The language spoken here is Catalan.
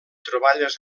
troballes